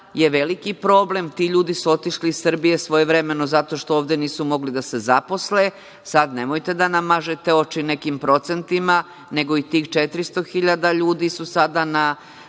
je veliki problem. Ti ljudi su otišli iz Srbije svojevremeno zato što ovde nisu mogli da se zaposle. Sada nemojte da nam mažete oči nekim procentima, nego i tih 400.000 ljudi su sada na